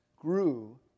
grew